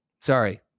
Sorry